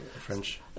French